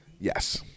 Yes